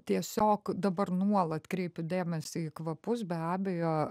tiesiog dabar nuolat kreipiu dėmesį į kvapus be abejo